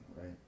right